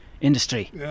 industry